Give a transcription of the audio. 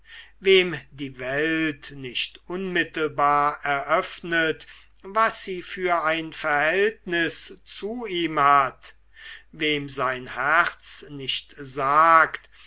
wem die welt nicht unmittelbar eröffnet was sie für ein verhältnis zu ihm hat wem sein herz nicht sagt